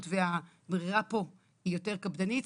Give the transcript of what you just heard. הסדנאות והברירה פה היא יותר קפדנית,